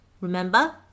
Remember